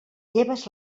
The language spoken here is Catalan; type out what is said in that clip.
lleves